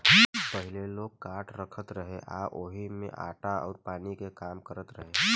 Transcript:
पहिले लोग काठ रखत रहे आ ओही में आटा अउर पानी के काम करत रहे